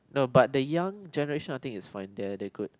no but the young generation I think it's fine they are they're good